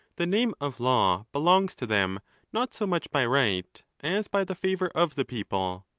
the name of law belongs to them not so much by right as by the favour of the people.